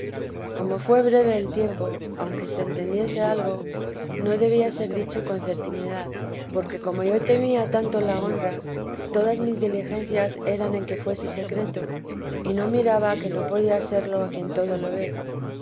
como fué breve el tiempo aunque se entendiese algo no debía ser dicho con certinidad porque como yo temía tanto la honra todas mis diligencias eran en que fuese secreto y no miraba que no podía serlo a quien todo lo ve